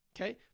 Okay